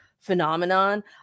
phenomenon